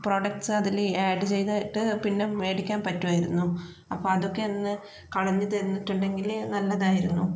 products അതില് add ചെയ്തിട്ട് പിന്നെ മേടിക്കാൻ പറ്റുവായിരുന്നു അപ്പോൾ അതൊക്കെ ഒന്ന്കളഞ്ഞു തന്നിട്ടുണ്ടങ്കില് നല്ലതായിരുന്നു